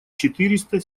четыреста